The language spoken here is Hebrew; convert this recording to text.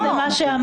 לא זה מה שאמרתי.